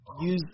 use